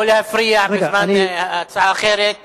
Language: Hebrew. לא להפריע בזמן הצעה אחרת.